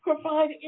provide